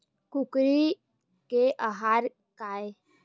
कुकरी के आहार काय?